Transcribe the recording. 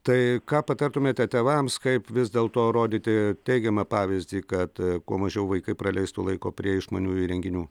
tai ką patartumėte tėvams kaip vis dėlto rodyti teigiamą pavyzdį kad kuo mažiau vaikai praleistų laiko prie išmaniųjų įrenginių